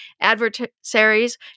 adversaries